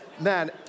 Man